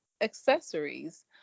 accessories